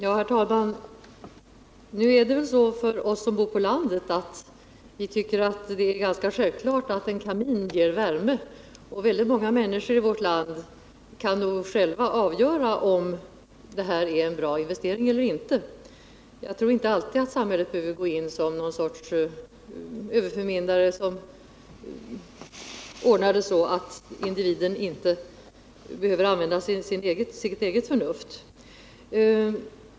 Herr talman! För oss som bor på landet är det väl ganska självklart att en kamin ger värme, och väldigt många människor i vårt land kan nog själva avgöra om den är en bra investering eller inte. Jag tror inte att samhället alltid behöver gå in som någon sorts överförmyndare, som ordnar det så att individen inte behöver använda sitt eget förnuft.